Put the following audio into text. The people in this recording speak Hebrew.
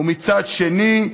ומצד שני,